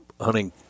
hunting